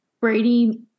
Brady